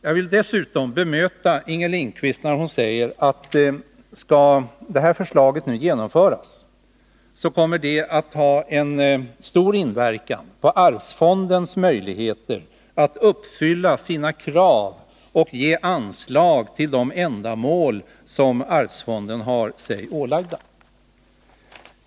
Jag vill dessutom bemöta Inger Lindquist när hon säger att ett genomförande av det här förslaget kommer att ha en stor inverkan på arvsfondens möjligheter att uppfylla de krav den har sig ålagda och att ge anslag till de ändamål som har angivits.